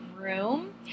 room